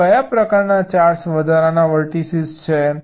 તો કયા પ્રકારના 4 વધારાના વર્ટીસીઝ છે